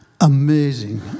Amazing